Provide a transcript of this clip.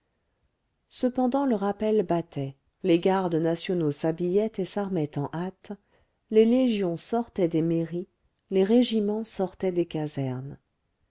cependant le rappel battait les gardes nationaux s'habillaient et s'armaient en hâte les légions sortaient des mairies les régiments sortaient des casernes